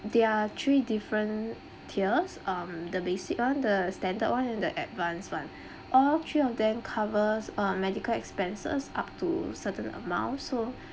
there are three different tiers um the basic one the standard one and the advanced one all three of them covers uh medical expenses up to certain amount so